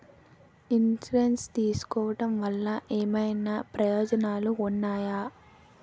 Insurance తీసుకోవటం వల్ల ఏమైనా ప్రయోజనాలు ఉన్నాయా?